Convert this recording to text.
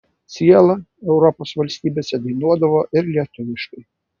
siela europos valstybėse dainuodavo ir lietuviškai